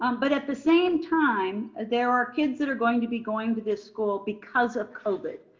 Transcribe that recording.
um but at the same time, there are kids that are going to be going to this school because of covid.